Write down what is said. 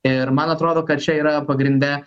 ir man atrodo kad čia yra pagrinde